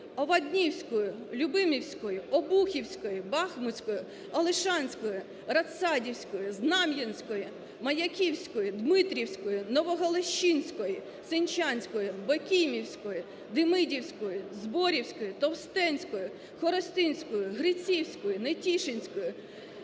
Оваднівської, Любимівської, Обухівської, Бахмуцької, Олишанської, Радсадівської, Знам'янської, Маяківської, Дмитрівської, Новогалещинської, Сенчанської, Бокіймівської, Демидівської, Зборівської, Товстенської, Хоростківської, Грицівської, Нетішинської,